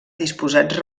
disposats